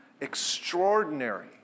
extraordinary